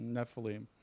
Nephilim